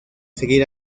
seguir